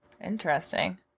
Interesting